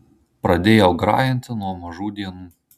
pradėjau grajinti nuo mažų dienų